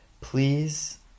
please